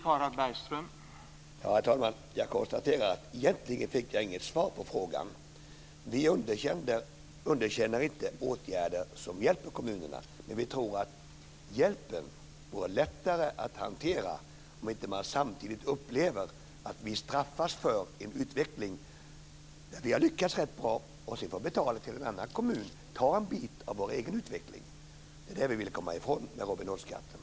Herr talman! Jag konstaterar att jag egentligen inte fick något svar på frågan. Vi underkänner inte åtgärder som hjälper kommunerna, men vi tror att hjälpen är lättare att hantera om man inte samtidigt upplever att man straffas för en utveckling där man har lyckats rätt bra så att man sedan får betala till en annan kommun, ta en bit av den egna utvecklingen. Det är den Robin Hoodskatten vi vill komma ifrån.